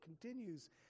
continues